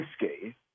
whiskey